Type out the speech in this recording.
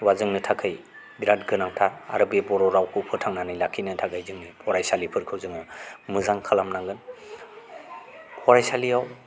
आ जोंनो बिराद गोनांथार आरो बे बर' रावखौ फोथांनानै लाखिनो थाखाय जोंनि फरायसालिफोरखौ जोङो मोजां खालाम नांगोन फरायसालियाव